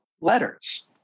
letters